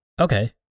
okay